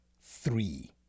three